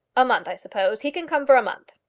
a month, i suppose. he can come for a month.